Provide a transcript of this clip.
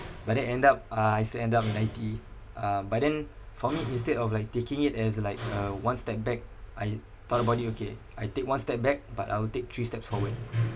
but then end up uh I still end up in I_T_E uh but then for me instead of like taking it as like uh one step back I thought about it okay I take one step back but I will take three steps forward